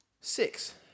six